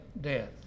death